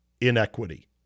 inequity